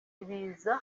ibiza